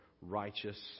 righteous